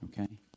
Okay